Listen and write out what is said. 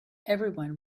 everyone